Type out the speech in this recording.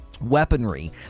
weaponry